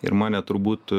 ir mane turbūt